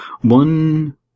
One